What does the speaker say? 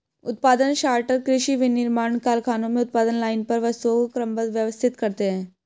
उत्पादन सॉर्टर कृषि, विनिर्माण कारखानों में उत्पादन लाइन पर वस्तुओं को क्रमबद्ध, व्यवस्थित करते हैं